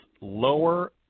lower